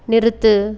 நிறுத்து